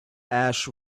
ash